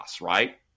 right